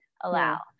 allow